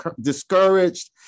discouraged